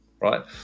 right